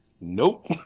nope